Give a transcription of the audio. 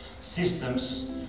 systems